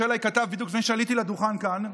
אליי כתב בדיוק לפני שעליתי לדוכן כאן,